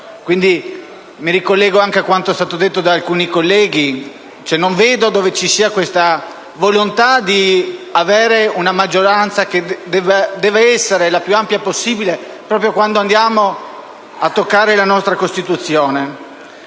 Quindi mi ricollego a quanto è stato detto da altri colleghi: non vedo la volontà di avere una maggioranza che deve essere la più ampia possibile proprio quando andiamo a toccare la nostra Costituzione.